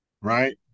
Right